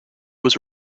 was